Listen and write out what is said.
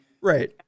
Right